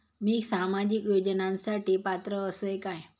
मी सामाजिक योजनांसाठी पात्र असय काय?